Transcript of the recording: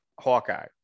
Hawkeye